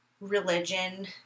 religion